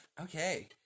Okay